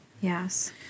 Yes